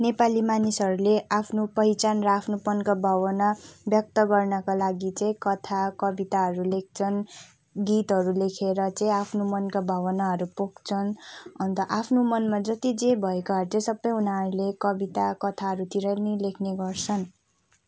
नेपाली मानिसहरूले आफ्नो पहिचान र आफ्नोपनको भावना व्यक्त गर्नको लागि चाहिँ कथा कविताहरू लेख्छन् गीतहरू लेखेर चाहिँ आफ्ना मनका भावनाहरू पोख्छन् अन्त आफ्नो मनमा जति जे भएका त्यो सबै भएका उनीहरूले कविता कथाहरूतिर पनि लेख्ने गर्छन्